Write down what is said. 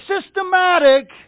systematic